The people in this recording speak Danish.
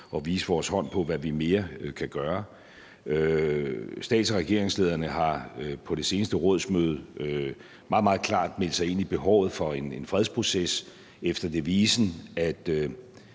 at vise vores hånd, i forhold til hvad vi kan gøre mere. Stats- og regeringslederne har på det seneste rådsmøde meget, meget klart meldt sig ind i forhold til behovet for en fredsproces efter devisen